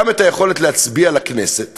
גם את היכולת להצביע לכנסת